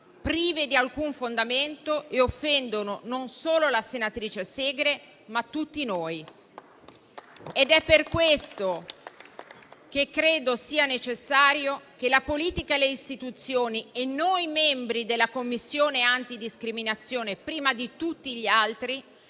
prive di alcun fondamento e offendono non solo la senatrice Segre, ma tutti noi.». «È per questo che credo sia necessario che la politica, le istituzioni e i membri della Commissione antidiscriminazioni, prima di tutti gli altri,